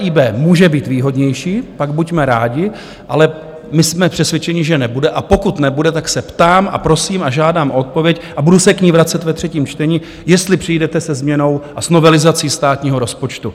EIB může být výhodnější, pak buďme rádi, ale my jsme přesvědčeni, že nebude, a pokud nebude, tak se ptám a prosím a žádám o odpověď a budu se k ní vracet ve třetím čtení jestli přijdete se změnou a novelizací státního rozpočtu.